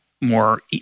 more